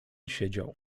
siedział